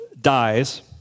dies